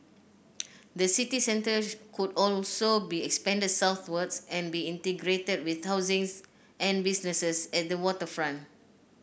the city centre could also be extended southwards and be integrated with housing and businesses at the waterfront